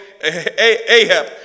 Ahab